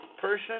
person